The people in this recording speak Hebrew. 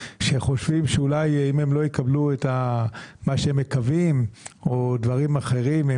שחושבים שאם הם לא יקבלו את מה שהם מקווים לקבל או דברים אחרים,